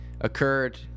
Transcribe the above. occurred